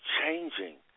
changing